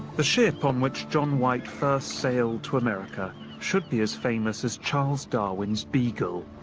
the ship on which john white first sailed to america should be as famous as charles darwin's beagle.